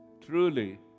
truly